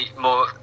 more